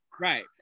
Right